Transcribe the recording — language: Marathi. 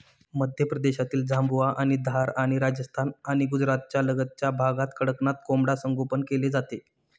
मध्य प्रदेशातील झाबुआ आणि धार आणि राजस्थान आणि गुजरातच्या लगतच्या भागात कडकनाथ कोंबडा संगोपन केले जाते